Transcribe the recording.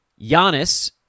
Giannis